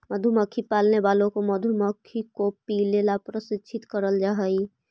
मधुमक्खी पालने वालों को मधुमक्खी को पीले ला प्रशिक्षित करल जा हई